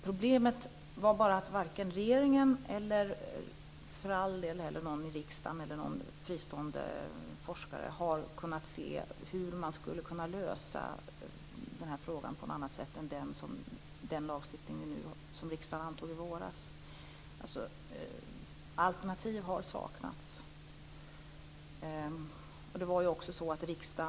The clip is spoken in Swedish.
Problemet var bara att varken regeringen, riksdagen eller någon fristående forskare har kunnat se hur man skulle kunna lösa denna fråga på annat sätt än genom den lagstiftning som riskdagen antog i våras. Alternativ har alltså saknats.